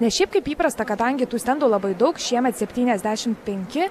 nes šiaip kaip įprasta kadangi tų stendų labai daug šiemet septyniasdešimt penki